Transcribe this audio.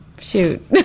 shoot